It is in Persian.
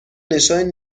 نشان